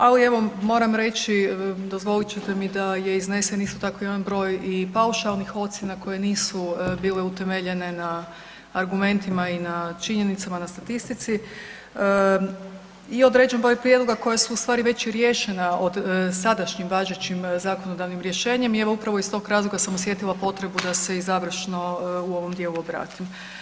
Ali evo moram reći dozvolit ćete mi da je iznesen isto tako jedan broj i paušalnih ocjena koje nisu bile utemeljene na argumentima i na činjenicama na statistici i određen broj prijedloga koje su ustvari već i riješena sadašnjim važećim zakonodavnim rješenjem i evo upravo iz tog razloga sam osjetila potrebu da se i završno u ovom dijelu obratim.